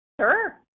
Sure